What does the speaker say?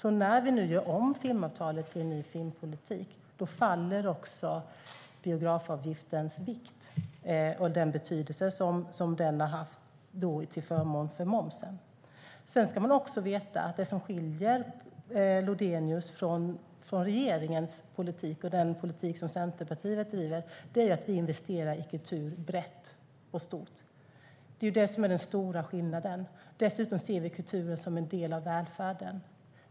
När vi nu gör om filmavtalet i en ny filmpolitik faller också biografavgiftens vikt och den betydelse som den har haft till förmån för momsen. Man ska också veta att det som skiljer Lodenius och den politik som Centerpartiet driver från regeringens politik är att vi investerar i kultur brett och stort. Det är det som är den stora skillnaden. Dessutom ser vi kulturen som en del av välfärden.